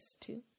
two